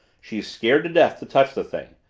she's scared to death to touch the thing.